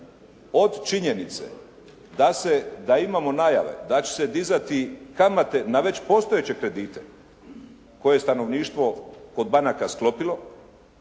od činjenice da se, da imamo najave da će se dizati kamate na već postojeće kredite koje je stanovništvo kod banaka sklopilo